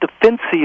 defensive